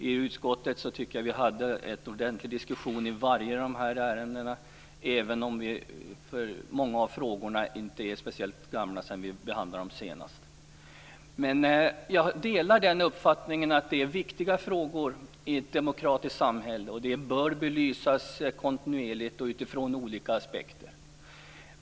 I utskottet tycker jag att vi hade en ordentlig diskussion i alla dessa ärenden, även om det inte är så länge sedan vi senast behandlade många av dessa frågor. Jag delar emellertid uppfattningen att detta är viktiga frågor i ett demokratiskt samhälle och att de bör belysas kontinuerligt och utifrån olika aspekter.